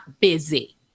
busy